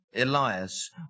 Elias